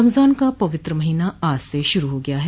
रमजान का पवित्र महीना आज से शुरू हो गया है